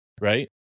right